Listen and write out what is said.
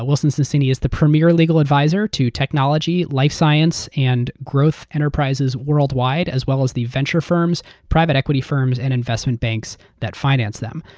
sonsini is the premier legal adviser to technology, life science, and growth enterprises worldwide as well as the venture firms, private equity firms, and investment banks that finance them.